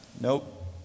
Nope